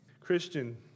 Christian